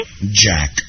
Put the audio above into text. Jack